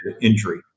injury